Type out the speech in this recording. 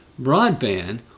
broadband